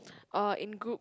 err in groups